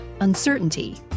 uncertainty